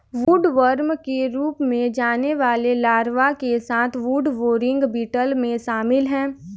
woodworm के रूप में जाने वाले लार्वा के साथ वुडबोरिंग बीटल में शामिल हैं